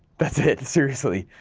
that's it, seriously,